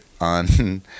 on